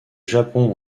japon